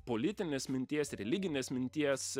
politinės minties religinės minties